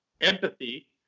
empathy